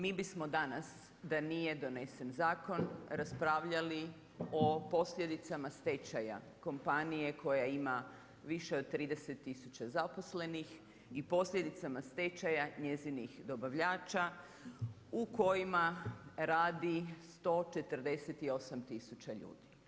Mi bismo danas, da nije donesen zakon, raspravljali o posljedicama stečaja kompanije koja ima više od 30 tisuća zaposlenih i posljedicama stečaja njezinih dobavljača u kojima radi 148 tisuća ljudi.